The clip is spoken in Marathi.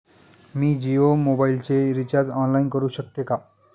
मी जियो मोबाइलचे रिचार्ज ऑनलाइन करू शकते का?